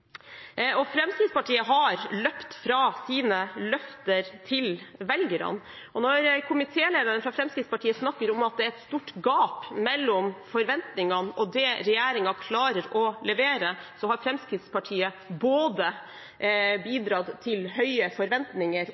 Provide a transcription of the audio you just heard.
framtiden. Fremskrittspartiet har løpt fra sine løfter til velgerne. Når komitélederen, fra Fremskrittspartiet, snakker om at det er et stort gap mellom forventningene og det regjeringen klarer å levere, har Fremskrittspartiet bidratt til både høye forventninger